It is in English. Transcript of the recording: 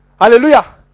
Hallelujah